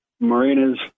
marinas